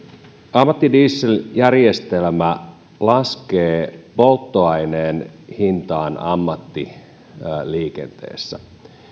ammattidieseljärjestelmä laskee polttoaineen hintaa ammattiliikenteessä